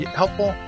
helpful